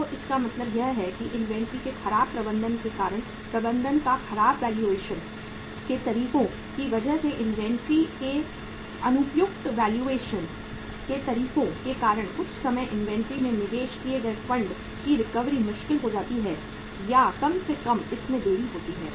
तो इसका मतलब यह है कि इन्वेंट्री के खराब प्रबंधन के कारण प्रबंधन का खराब वैल्यूएशन के तरीकों की वजह से इन्वेंट्री के अनुपयुक्त वैल्यूएशन के तरीकों के कारण कुछ समय इन्वेंट्री में निवेश किए गए फंड की रिकवरी मुश्किल हो जाती है या कम से कम इसमें देरी होती है